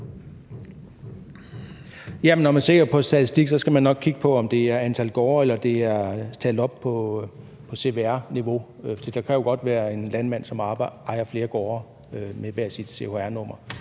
Når man ser på en statistik, skal man nok kigge på, om det er antal gårde, eller om det er talt op på cvr-niveauet. Der kan jo godt være en landmand, som ejer flere gårde med hver deres cvr-nummer.